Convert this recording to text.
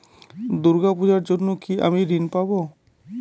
দূর্গা পূজার জন্য কি আমি ঋণ পাবো?